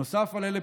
נוסף על אלה,